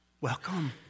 welcome